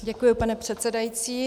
Děkuji, pane předsedající.